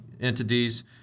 entities